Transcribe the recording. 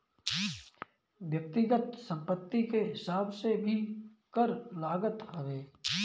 व्यक्तिगत संपत्ति के हिसाब से भी कर लागत हवे